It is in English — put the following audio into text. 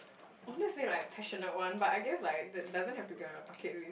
I wanted to say like passionate [one] but I guess like doesn't have to be on your bucket lis~